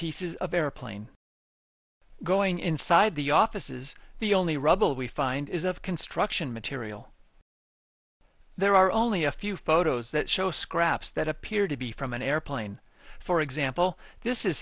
pieces of airplane going inside the offices the only rubble we find is of construction material there are only a few photos that show scraps that appear to be from an airplane for example this is